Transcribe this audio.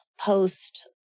post